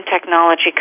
technology